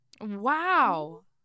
wow